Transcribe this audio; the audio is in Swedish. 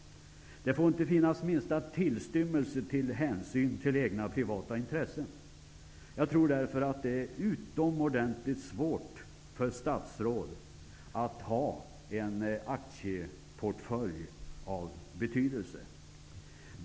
Det får inte finnas minsta tillstymmelse till hänsyn till privata intressen. Jag tror därför att det är utomordentligt svårt för statsråd att ha en aktieportfölj av betydelse.